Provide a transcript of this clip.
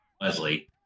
Leslie